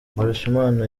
mbarushimana